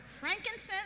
Frankincense